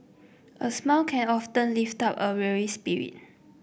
a smile can often lift up a weary spirit